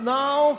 now